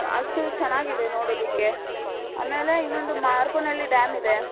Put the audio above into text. ಅಷ್ಟು ಚೆನ್ನಾಗಿದೆ ನೋಡೋದಕ್ಕೆ ಆಮೇಲೆ ಇನ್ನೊಂದು ಮಾರ್ಕೋನಹಳ್ಳಿ ಡ್ಯಾಮ್ ಇದೆ